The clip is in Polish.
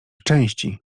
części